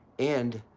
and,